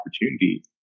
opportunity